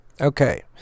Okay